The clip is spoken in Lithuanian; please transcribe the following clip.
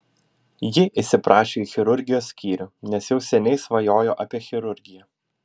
ji įsiprašė į chirurgijos skyrių nes jau seniai svajojo apie chirurgiją